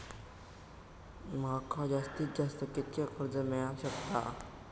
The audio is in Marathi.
माका जास्तीत जास्त कितक्या कर्ज मेलाक शकता?